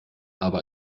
aber